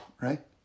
right